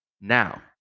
Now